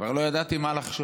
כבר לא ידעתי מה לחשוב.